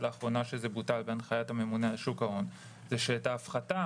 לאחרונה כשזה בוטל בהנחיית הממונה על שוק ההון הוא שאת ההפחתה